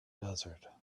desert